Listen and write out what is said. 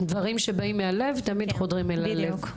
דברים שבאים מהלב תמיד חודרים אל הלב.